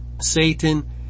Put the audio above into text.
Satan